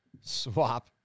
swap